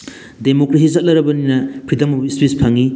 democracy ꯆꯠꯅꯔꯕꯅꯤꯅ freedom of speech ꯐꯪꯉꯤ